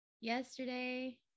yesterday